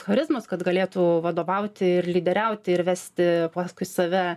charizmos kad galėtų vadovauti ir lyderiauti ir vesti paskui save